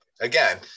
again